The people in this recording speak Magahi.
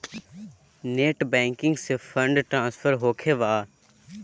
नेट बैंकिंग से फंड ट्रांसफर होखें बा?